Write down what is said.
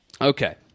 okay